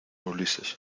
ulises